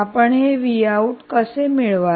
आपण हे कसे मिळवाल